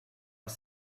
are